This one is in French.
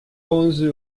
onze